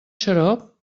xarop